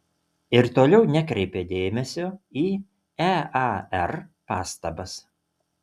ir toliau nekreipė dėmesio į ear pastabas